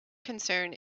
concern